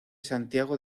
santiago